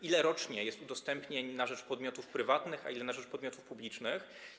Ile rocznie jest udostępnień na rzecz podmiotów prywatnych, a ile na rzecz podmiotów publicznych?